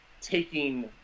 taking